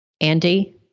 Andy